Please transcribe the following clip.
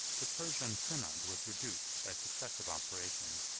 the persian synod was reduced, by successive operations,